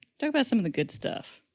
so but some of the good stuff.